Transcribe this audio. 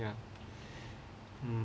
ya mm